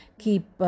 keep